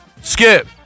skip